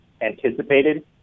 anticipated